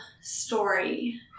story